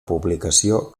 publicació